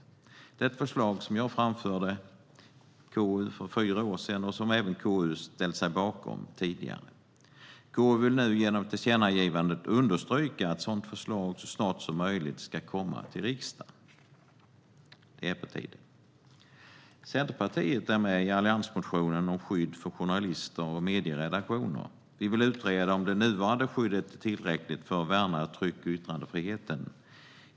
Det är ett förslag som jag framförde i KU för fyra år sedan och som KU även ställt sig bakom tidigare. KU vill nu genom tillkännagivandet understryka att ett sådant förslag ska komma till riksdagen så snart som möjligt. Det är på tiden. Centerpartiet är med i alliansmotionen om skydd för journalister och medieredaktioner. Vi vill utreda om det nuvarande skyddet är tillräckligt för att värna tryck och yttrandefriheten.